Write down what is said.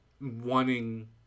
wanting